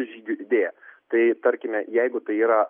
pati žygių idėja tai tarkime jeigu tai yra